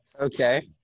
Okay